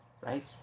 right